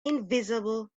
invisible